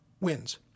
wins